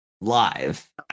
live